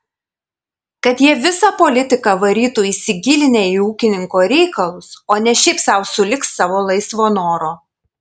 kad jie visą politiką varytų įsigilinę į ūkininko reikalus o ne šiaip sau sulig savo laisvo noro